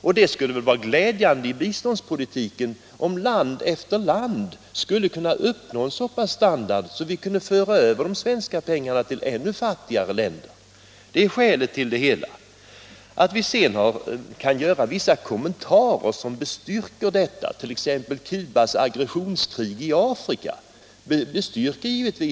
Och det skulle väl vara glädjande i biståndspolitiken om land efter land kunde uppnå en så pass hög standard att vi kunde föra över de svenska pengarna till ännu fattigare länder. Jag upprepar än en gång att detta är skälet. Att vi sedan kan göra vissa kommentarer som bestyrker att landet har resurser — t.ex. när det gäller Cubas aggressionskrig i Afrika — är helt klart.